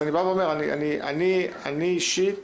אישית